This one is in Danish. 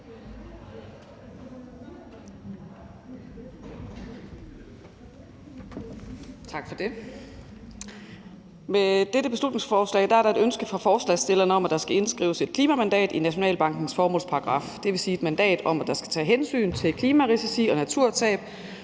Tak for det.